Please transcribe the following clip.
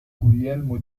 guglielmo